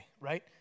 right